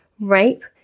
rape